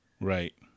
Right